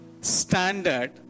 standard